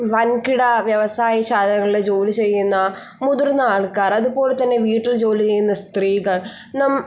വൻകിട വ്യവസായശാലകളിൽ ജോലി ചെയ്യുന്ന മുതിർന്ന ആൾക്കാർ അതുപോലെത്തന്നെ വീട്ടിൽ ജോലി ചെയ്യുന്ന സ്ത്രീകൾ